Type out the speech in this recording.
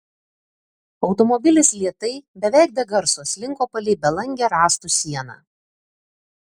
automobilis lėtai beveik be garso slinko palei belangę rąstų sieną